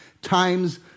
Times